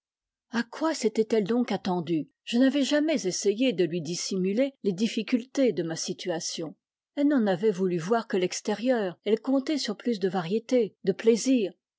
a quoi s'était-elle donc attendue je n'avais jamais essayé de lui dissimuler les difficultés de ma situation elle n'en avait voulu voir que l'extérieur elle comptait sur plus de variété de plaisir